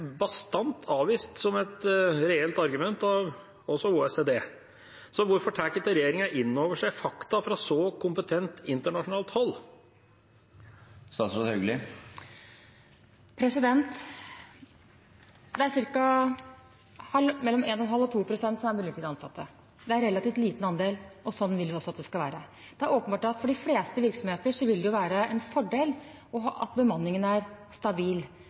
bastant avvist som et reelt argument, også av OECD. Så hvorfor tar ikke regjeringa inn over seg fakta fra så kompetent internasjonalt hold? Det er mellom 1,5 og 2 pst som er midlertidig ansatte. Det er en relativt liten andel, og sånn vil vi også at det skal være. Det er åpenbart at for de fleste virksomheter vil det jo være en fordel at bemanningen er stabil.